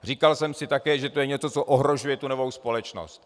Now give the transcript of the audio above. Říkal jsem si také, že to je něco, co ohrožuje tu novou společnost.